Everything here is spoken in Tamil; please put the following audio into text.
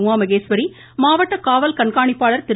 உமா மகேஷ்வரி மாவட்ட காவல் கண்காணிப்பாளர் திரு